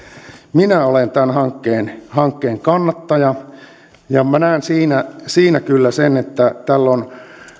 minä olen tämän hankkeen hankkeen kannattaja ja minä näen siinä siinä kyllä sen että tämä